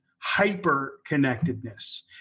hyper-connectedness